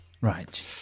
Right